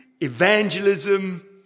evangelism